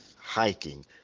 hiking